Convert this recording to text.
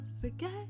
forget